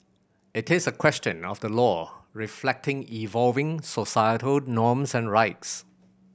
it is a question of the law reflecting evolving societal norms and rights